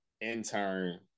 intern